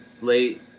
late